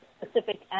specific